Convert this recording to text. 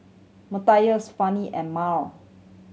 Mathias Fanny and Mal